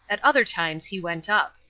at other times he went up.